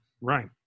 Right